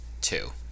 Two